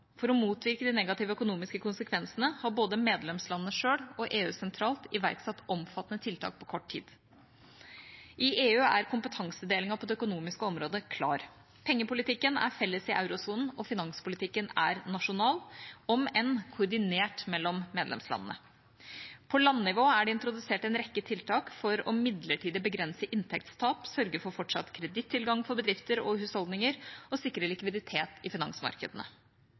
For å motvirke de negative økonomiske konsekvensene har både medlemslandene selv og EU sentralt iverksatt omfattende tiltak på kort tid. I EU er kompetansedelingen på det økonomiske området klar: Pengepolitikken er felles i eurosonen, og finanspolitikken er nasjonal, om enn koordinert mellom medlemslandene. På landnivå er det introdusert en rekke tiltak for midlertidig å begrense inntektstap, sørge for fortsatt kredittilgang for bedrifter og husholdninger og å sikre likviditet i finansmarkedene.